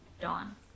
dawn